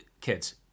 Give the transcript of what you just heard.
Kids